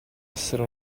essere